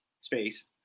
space